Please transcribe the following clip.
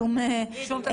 שום דבר.